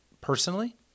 personally